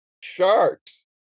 Sharks